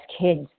kids